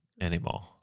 anymore